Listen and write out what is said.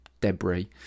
debris